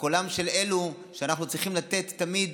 קולם של אלו שלהם אנחנו צריכים לתת תמיד